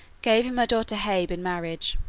gave him her daughter hebe in marriage.